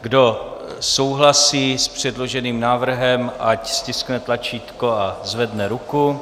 Kdo souhlasí s předloženým návrhem, ať stiskne tlačítko a zvedne ruku.